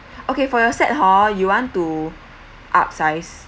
okay for your set hor you want to upsize